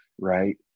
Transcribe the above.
right